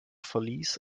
verlies